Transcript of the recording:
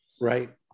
Right